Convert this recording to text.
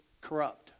corrupt